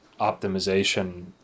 optimization